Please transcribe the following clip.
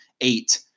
eight